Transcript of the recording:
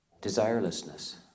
desirelessness